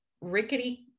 rickety